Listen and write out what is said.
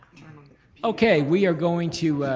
okay, we are going to